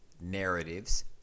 narratives